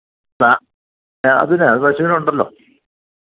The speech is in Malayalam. ആ അതിന് അത് പശുവിനുണ്ടല്ലോ